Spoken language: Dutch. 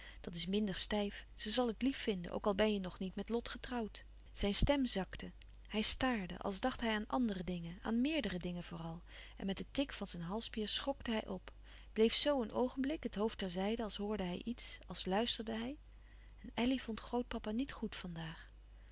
dat is minder stijf ze zal het lief vinden ook al ben je nog niet met lot getrouwd zijn stem zakte hij staarde als dacht hij aan andere dingen aan meerdere dingen vooral en met den tic van zijn halsspier schokte hij op bleef zoo een oogenblik het hoofd ter zijde als hoorde hij iets als luisterde hij elly vond grootpapa niet goed